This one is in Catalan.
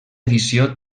edició